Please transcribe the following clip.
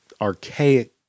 archaic